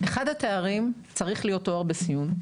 אחד התארים, צריך להיות תואר בסיעוד.